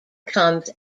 comes